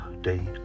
day